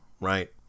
right